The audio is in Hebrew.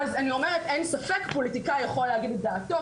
אז אני אומרת אין ספק פוליטיקאי יכול להגיד את דעתו,